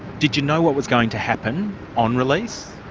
did you know what was going to happen on release?